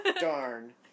Darn